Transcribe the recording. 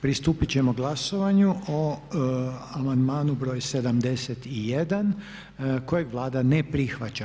Pristupit ćemo glasovanju o amandmanu br. 71. kojeg Vlada ne prihvaća.